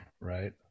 right